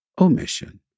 Omission